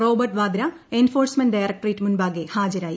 Robert Vadra enforcement directorate മുമ്പാകെ ഹാജരായി